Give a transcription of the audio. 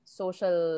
social